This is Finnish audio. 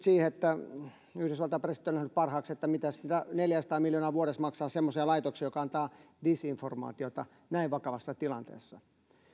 siihen että yhdysvaltain presidentti on nähnyt parhaaksi että mitä sitä neljäkymmentä miljoonaa vuodessa maksamaan semmoiseen laitokseen joka antaa disinformaatiota näin vakavassa tilanteessa